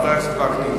חבר הכנסת וקנין.